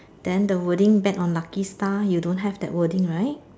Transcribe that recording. then the wording back on lucky star you don't have that wording right